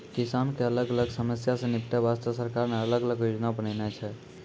किसान के अलग अलग समस्या सॅ निपटै वास्तॅ सरकार न अलग अलग योजना बनैनॅ छै